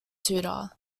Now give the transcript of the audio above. tudor